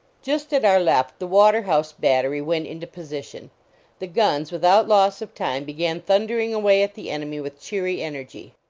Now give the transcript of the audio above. just at our left the waterhouse battery went into position the guns without loss of time began thundering away at the enemy with cheery energy.